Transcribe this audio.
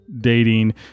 dating